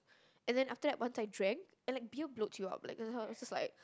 and then after that once I drank and like beer bloats you up like ugh just like